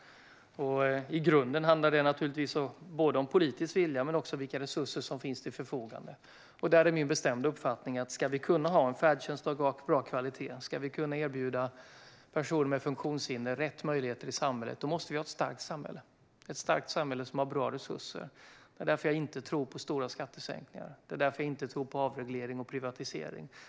I grunden handlar det naturligtvis både om politisk vilja och om vilka resurser som finns till förfogande, och där är min bestämda uppfattning att vi måste ha ett starkt samhälle för att kunna ha en färdtjänst av bra kvalitet och kunna erbjuda personer med funktionshinder rätt möjligheter i samhället. Vi måste ha ett starkt samhälle som har bra resurser. Det är därför jag inte tror på stora skattesänkningar, och det är därför jag inte tror på avreglering och privatisering.